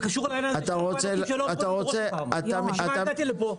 זה קשור --- בשביל מה באתי לפה?